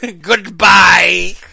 Goodbye